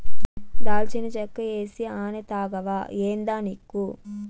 దాల్చిన చెక్క ఏసీ అనే తాగవా ఏందానిక్కు